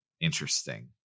interesting